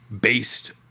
based